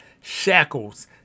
shackles